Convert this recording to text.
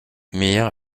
mir